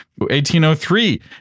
1803